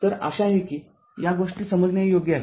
तर आशा आहे की या गोष्टी समजण्यायोग्य आहेत